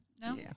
No